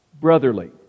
brotherly